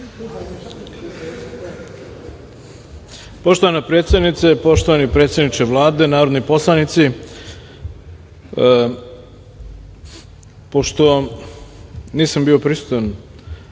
Poštovana predsednice, poštovani predsedniče Vlade, narodni poslanici, pošto nisam bio prisutan